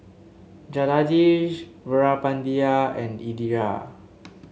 Jagadish Veerapandiya and Indira